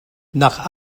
nach